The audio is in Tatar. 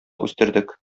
үстердек